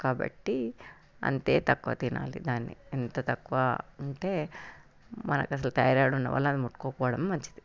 కాబట్టి అంతే తక్కువ తినాలి దాన్ని ఎంత తక్కువ ఉంటే మనకు అసలు థైరాయిడ్ ఉన్న వాళ్ళు అది ముట్టుకోకపోవడం మంచిది